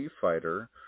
fighter